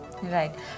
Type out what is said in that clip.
right